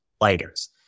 lighters